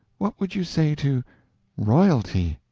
what would you say to royalty?